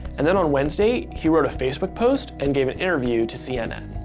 and then on wednesday, he wrote a facebook post and gave an interview to cnn.